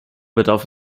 bedarf